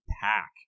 pack